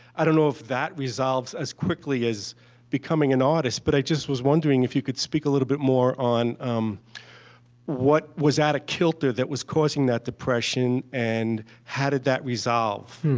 i don't know if that resolves as quickly as becoming an artist, but i just was wondering if you could speak a little bit more on um what was out of kilter that was causing that depression. and how did that resolve?